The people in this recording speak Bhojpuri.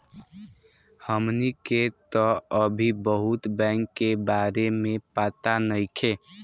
हमनी के तऽ अभी बहुत बैंक के बारे में पाता नइखे